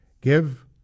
give